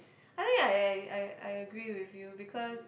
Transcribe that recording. I think I I I I agree with you because